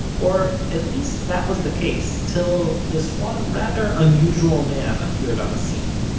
or at least that was the case, till this one, rather unusual man, appeared on the scene.